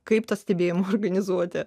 kaip tą stebėjimą organizuoti